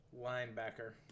Linebacker